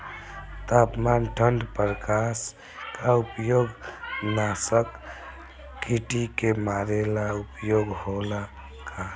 तापमान ठण्ड प्रकास का उपयोग नाशक कीटो के मारे ला उपयोग होला का?